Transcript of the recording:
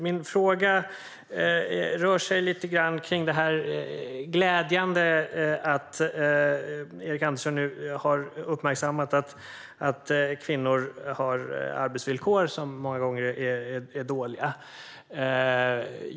Min fråga rör sig lite grann kring det glädjande i att Erik Andersson nu har uppmärksammat att kvinnor många gånger har dåliga arbetsvillkor.